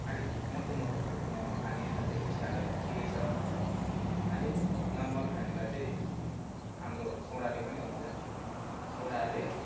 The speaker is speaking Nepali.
अलिक मोटो मोटो खालको मोमो खानेहरूलाई चाहिँ यिस्ट हालेर ठिकै छ अलिक नर्मल खानेलाई चाहिँ हाम्रो सोडाले पनि हुन्छ सोडा हाल्यो